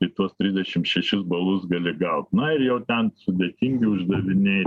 tai tuos trisdešim šešis balus gali gaut na ir jau ten sudėtingi uždaviniai